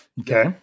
Okay